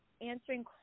answering